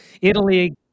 Italy